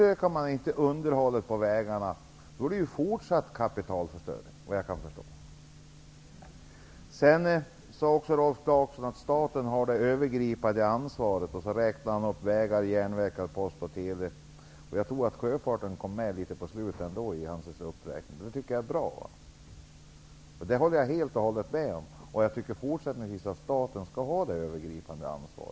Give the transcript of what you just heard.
Om man inte utökar underhållet på vägarna, innebär det såvitt jag förstår en fortsatt kapitalförstöring. Rolf Clarkson sade också att staten har det övergripande ansvaret, och sedan räknade han upp vägar, järnvägar, post och tele. Jag tror att även sjöfarten kom med litet i slutet av hans uppräkning, och det tycker jag är bra. Det håller jag helt och hållet med om. Jag tycker att staten fortsättningsvis skall ha detta övergripande ansvar.